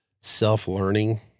self-learning